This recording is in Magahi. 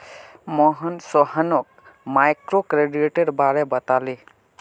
मोहन सोहानोक माइक्रोक्रेडिटेर बारे बताले